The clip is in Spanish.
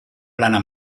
plana